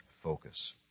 Focus